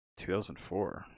2004